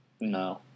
No